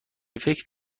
فکر